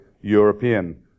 European